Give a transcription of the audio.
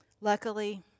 Luckily